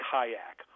Kayak